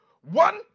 One